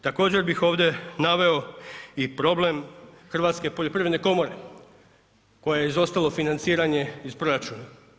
Također bih ovdje naveo i problem Hrvatske poljoprivredne komore kojoj je izostalo financiranje iz proračuna.